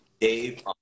Dave